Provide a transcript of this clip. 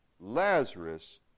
Lazarus